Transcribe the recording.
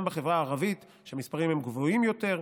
גם בחברה הערבית, שהמספרים בה גבוהים יותר,